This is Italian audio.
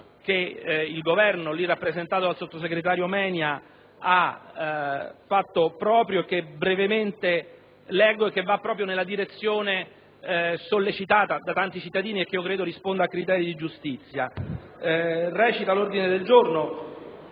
che il Governo, lì rappresentato dal sottosegretario Menia, ha fatto proprio e di cui do brevemente lettura, che va proprio nella direzione sollecitata da tanti cittadini e che credo risponda a criteri di giustizia. Recita l'ordine del giorno,